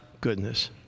goodness